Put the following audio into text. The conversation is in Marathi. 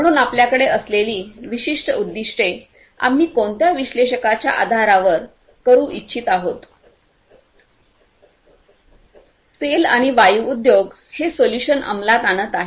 म्हणून आपल्याकडे असलेली विशिष्ट उद्दीष्टे आम्ही कोणत्या विश्लेषकांच्या आधारावर करू इच्छित आहोत तेल आणि वायू उद्योग हे सोल्युशन अंमलात आणत आहे